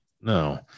No